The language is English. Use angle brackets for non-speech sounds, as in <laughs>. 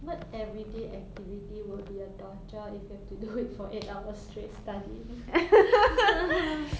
what everyday activity would be a torture if you have to do it for eight hours straight studying <laughs>